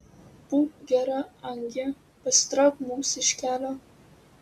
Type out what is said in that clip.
būk gera angie pasitrauk mums iš kelio